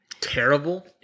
Terrible